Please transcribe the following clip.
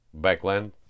Backland